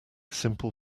simple